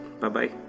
Bye-bye